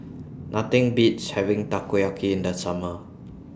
Nothing Beats having Takoyaki in The Summer